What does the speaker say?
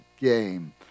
game